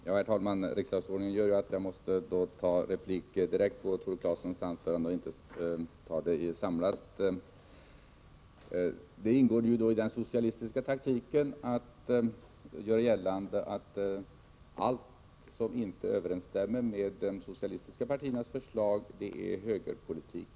Herr talman! Riksdagsordningen gör att jag måste begära replik direkt efter Tore Claesons anförande i stället för att ta en samlad replikomgång. Det ingår i den socialistiska taktiken att göra gällande att allt som inte överensstämmer med de socialistiska partiernas förslag är högerpolitik.